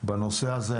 בנושא הזה.